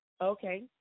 Okay